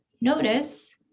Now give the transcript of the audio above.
notice